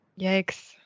Yikes